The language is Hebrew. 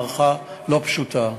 מערכה לא פשוטה,